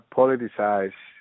politicize